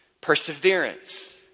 perseverance